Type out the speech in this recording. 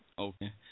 Okay